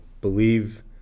believe